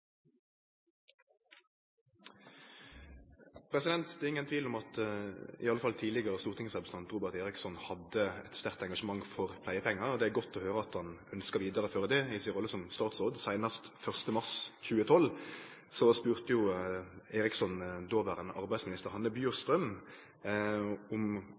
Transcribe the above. ingen tvil om at i alle fall tidlegare stortingsrepresentant Robert Eriksson hadde eit sterkt engasjement for pleiepengar, og det er godt å høyre at han ønskjer å føre det vidare i rolla som statsråd. Seinast 1. mars 2012 spurde Eriksson dåverande arbeidsminister Hanne Bjurstrøm om